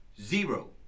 Zero